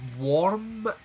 warm